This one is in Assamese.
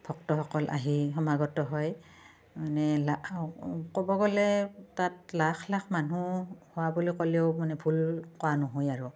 ভক্তসকল আহি সমাগত হয় মানে লা ক'ব গ'লে তাত লাখ লাখ মানুহ হোৱা বুলি ক'লেও মানে ভুল কোৱা নহয় আৰু